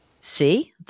See